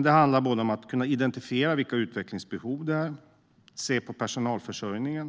Det handlar om att kunna identifiera vilka utvecklingsbehov som finns. Det handlar om att se på personalförsörjningen.